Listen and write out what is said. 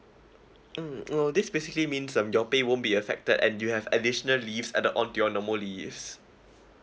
mm no this basically means um your pay won't be affected and you have additional leaves add on to your normal leaves